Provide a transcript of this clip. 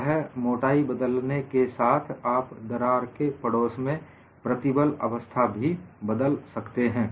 वह मोटाई बदलने के साथ आप दरार के पड़ोस में प्रतिबल अवस्था भी बदल रहे हैं